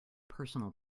personal